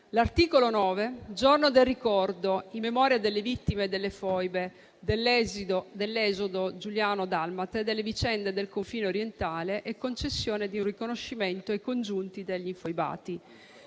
il Giorno del ricordo in memoria delle vittime delle foibe, dell'esodo giuliano-dalmata, delle vicende del confine orientale e la concessione di un riconoscimento ai congiunti degli infoibati.